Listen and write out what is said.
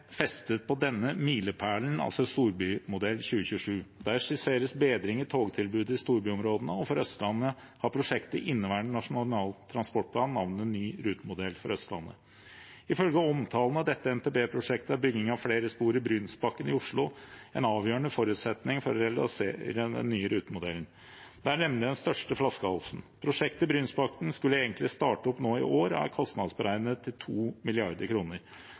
festet på denne milepælen, altså Rutemodell 2027. Der skisseres bedring i togtilbudet i storbyområdene, og for Østlandet har prosjektet i inneværende Nasjonal transportplan navnet Ny rutemodell for Østlandet. Ifølge omtalen av dette NTP-prosjektet er bygging av flere spor i Brynsbakken i Oslo en avgjørende forutsetning for å realisere den nye rutemodellen. Det er nemlig den største flaskehalsen. Prosjektet Brynsbakken skulle egentlig starte opp nå i år og er kostnadsberegnet til